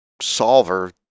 solver